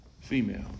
female